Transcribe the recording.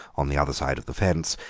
on the other side of the fence,